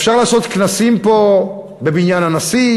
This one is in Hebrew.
אפשר לעשות כנסים פה בבית הנשיא,